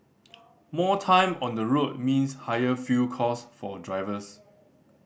more time on the road means higher fuel cost for drivers